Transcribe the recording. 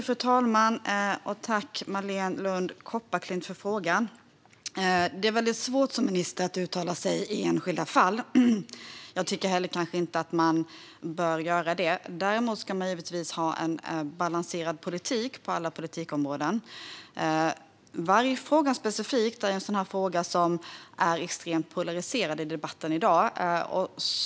Fru talman! Tack, Marléne Lund Kopparklint, för frågan! Det är svårt att som minister uttala sig i enskilda fall, och jag tycker kanske inte heller att man bör göra det. Däremot ska vi givetvis ha en balanserad politik på alla områden. Vargfrågan är en fråga som är extremt polariserad i debatten i dag.